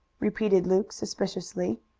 repeated luke suspiciously.